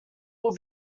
will